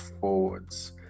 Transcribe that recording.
forwards